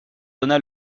donna